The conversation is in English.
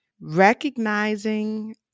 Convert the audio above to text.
recognizing